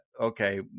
okay